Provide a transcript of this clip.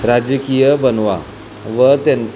राजकीय बनवा व त्यां